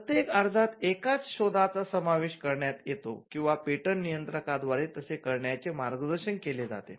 प्रत्येक अर्जात एकाच शोधाचा समावेश करण्यात येतो किंवा पेटंट नियंत्रका द्व्यारे तसे करण्याचे मार्गदर्शन केले जाते